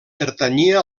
pertanyia